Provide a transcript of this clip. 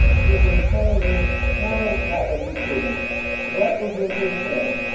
you were telling me how that would be proved what is in his head.